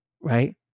right